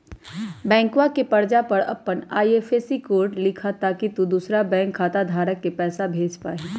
बैंकवा के पर्चा पर अपन आई.एफ.एस.सी कोड लिखा ताकि तु दुसरा बैंक खाता धारक के पैसा भेज पा हीं